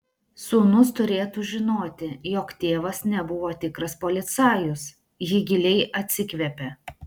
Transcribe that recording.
sūnus turėtų žinoti jog tėvas nebuvo tikras policajus ji giliai atsikvėpė